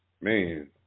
man